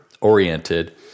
oriented